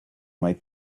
might